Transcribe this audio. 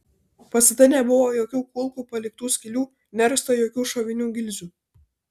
pastate nebuvo jokių kulkų paliktų skylių nerasta jokių šovinių gilzių